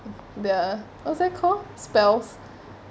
the what's that called spells